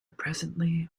presently